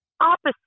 opposite